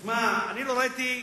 שמע, אני לא ראיתי,